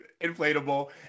inflatable